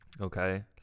Okay